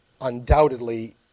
undoubtedly